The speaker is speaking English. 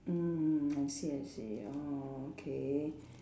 mm I see I see orh okay